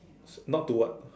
not to what